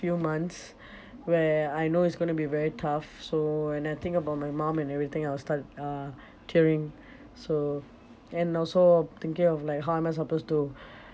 few months where I know it's going to be very tough so and I think about my mum and everything I'll start uh tearing so and also thinking of like how am I supposed to